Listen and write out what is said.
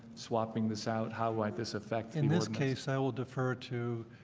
swapping this out. how wide this affect in this case? i will defer to